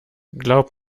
glaub